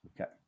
Okay